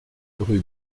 rue